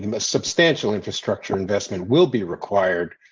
um a substantial infrastructure investment will be required.